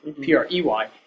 P-R-E-Y